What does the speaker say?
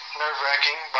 nerve-wracking